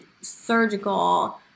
surgical